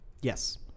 Yes